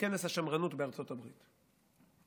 מכנס השמרנות בארצות הברית,